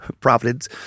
providence